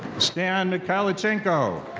stan mykhaylichenko.